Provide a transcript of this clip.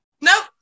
nope